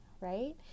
right